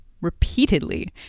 repeatedly